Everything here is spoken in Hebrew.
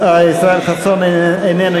ישראל חסון, איננו.